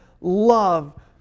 love